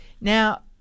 Now